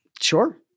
Sure